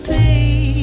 day